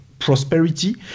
prosperity